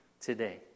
today